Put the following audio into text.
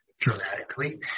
dramatically